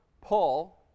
Paul